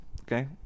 okay